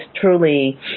truly